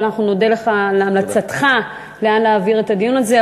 אבל אנחנו נודה לך על המלצתך לאן להעביר את הדיון הזה,